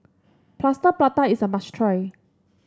Plaster Prata is a must try